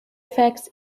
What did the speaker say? effects